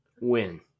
Win